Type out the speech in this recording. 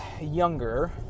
younger